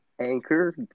anchor